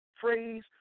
phrase